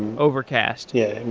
overcast. yeah.